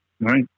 right